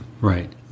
Right